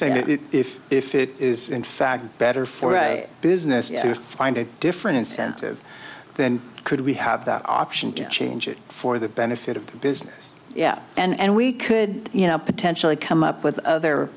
saying if if it is in fact better for a business to find a different incentive then could we have the option to change it for the benefit of the business yeah and we could you know potentially come up with other